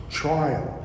trial